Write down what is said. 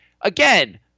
again